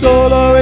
Solo